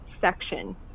section